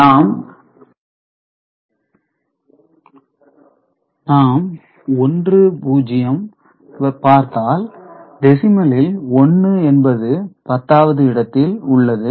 நாம் 1 0 வை பார்த்தால் டெசிமலில் 1 எனபது 10 வது இடத்தில உள்ளது